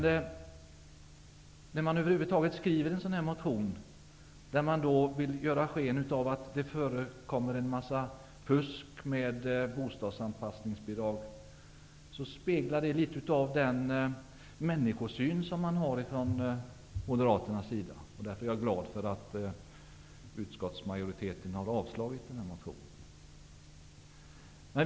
Att man över huvud taget skriver en sådan motion, där man vill ge sken av det förekommer fusk med bostadsanpassningsbidrag, speglar litet av den människosyn som moderaterna har. Därför är jag glad att utskottsmajoriteten har avstyrkt den här motionen.